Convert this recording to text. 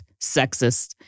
sexist